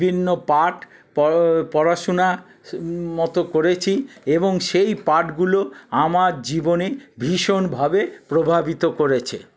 বিভিন্ন পাঠ পড়াশুনা মতো করেছি এবং সেই পাঠগুলো আমার জীবনে ভীষণভাবে প্রভাবিত করেছে